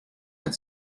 and